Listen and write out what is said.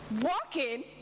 Walking